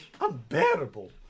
Unbearable